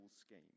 scheme